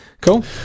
cool